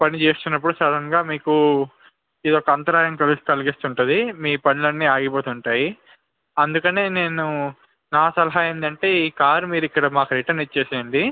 పని చేస్తున్నప్పుడు సడన్గా మీకు ఏదో ఒక అంతరాయం కలిగిస్తూ ఉంటుంది మీ పనులన్నీ ఆగిపోతుంటాయి అందుకనే నేను నా సలహా ఏందంటే ఈ కారు మీరు ఇక్కడ మాకు రిటర్న్ ఇచ్చేసేయండి